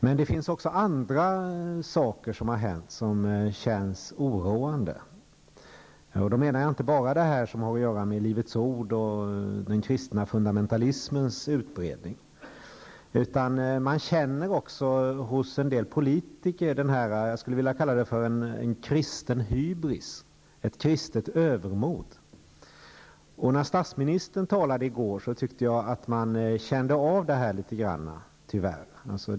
Men även andra saker har hänt, som känns oroande. Då menar jag inte bara det som har att göra med Livets ord och den kristna fundamentalismens utbredning. Man känner också hos en del politiker en, jag skulle vilja kalla det kristen hybris, ett kristet övermod. När statsministern talade i går tyckte jag att man tyvärr kände av detta litet grand.